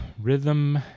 *Rhythm